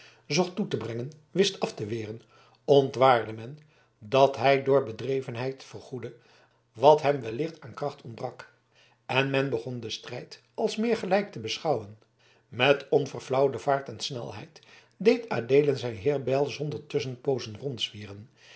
zocht toe te brengen wist af te weren ontwaarde men dat hij door bedrevenheid vergoedde wat hem wellicht aan kracht ontbrak en men begon den strijd als meer gelijk te beschouwen met onverflauwde vaart en snelheid deed adeelen zijn